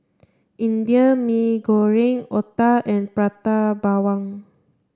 Indian Mee Goreng Otah and Prata Bawang